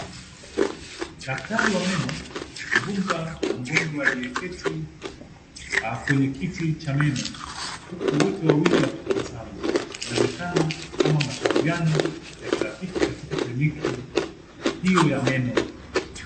Daktari wa meno akizungumza na mgonjwa aliyeketi kwenye kiti cha meno huku wote wawili wakitabasamu. Inaonekana kama mashauriano ya kirafiki katika kliniki hiyo ya meno.